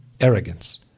arrogance